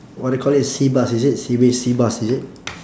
what they call it sea bass is it sea bass sea bass is it